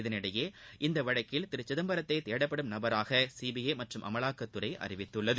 இதற்கிடையே இந்த வழக்கில் திரு சிதம்பரத்தை தேடப்படும் நபராக சிபிஐ மற்றும் அமலாக்கத்துறை அறிவித்துள்ளது